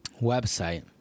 website